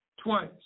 twice